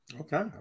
Okay